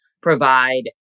provide